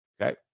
Okay